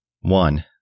One